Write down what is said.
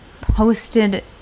posted